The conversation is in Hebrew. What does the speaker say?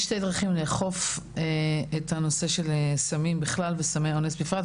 דרכים לאכוף את הנושא של סמים בכלל וסמי אונס בפרט.